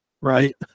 Right